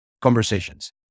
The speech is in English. conversations